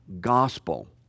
gospel